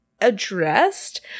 addressed